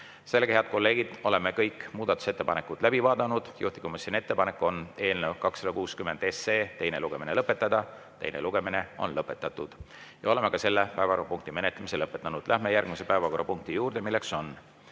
2. Head kolleegid, oleme kõik muudatusettepanekud läbi vaadanud. Juhtivkomisjoni ettepanek on eelnõu 260 teine lugemine lõpetada. Teine lugemine on lõpetatud. Oleme ka selle päevakorrapunkti menetlemise lõpetanud. Lähme järgmise päevakorrapunkti juurde.